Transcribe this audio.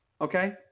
okay